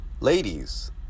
Ladies